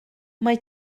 mae